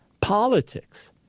politics